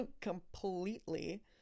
completely